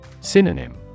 Synonym